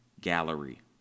Gallery